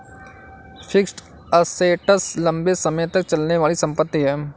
fixed assets लंबे समय तक चलने वाली संपत्ति है